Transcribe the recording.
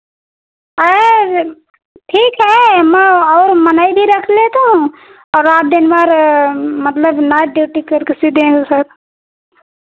अरे ठीक है मैं और मनई भी रख लेता हूँ और रात दिन भर मतलब नाइट ड्यूटी करके सिल देंगे सब